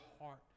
heart